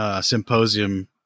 Symposium